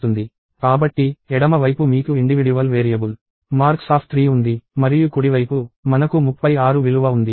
కాబట్టి ఎడమ వైపు మీకు ఇండివిడ్యువల్ వేరియబుల్ marks3 ఉంది మరియు కుడివైపు మనకు 36 విలువ ఉంది